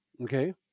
okay